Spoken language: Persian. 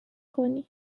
کنی